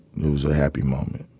know, it was a happy moment